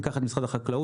ניקח את משרד החקלאות,